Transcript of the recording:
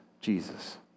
Jesus